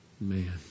man